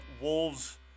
wolves